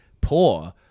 poor